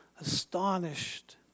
astonished